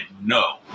no